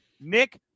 Nick